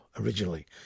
originally